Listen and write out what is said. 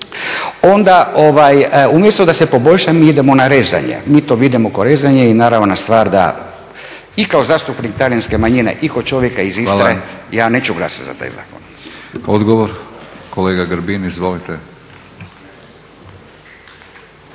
vodi, umjesto da se poboljša mi idemo na rezanje. Mi to vidimo kao rezanje i naravna stvar da i kao zastupnik talijanske manjine i kao čovjek iz Istre ja neću glasati za taj zakon. **Batinić, Milorad